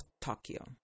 Tokyo